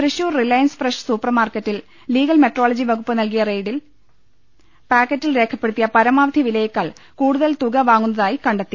Thrissur Reliance Fresh സൂപ്പർമാർക്കറ്റിൽ legal metrology വകുപ്പ് നടത്തിയ റെയ്ഡിൽ പാക്കറ്റിൽ രേഖപ്പെടുത്തിയ പരമാവധി വിലയേക്കാൾ കൂടുതൽ തുക വാങ്ങുന്നതായി കണ്ടെത്തി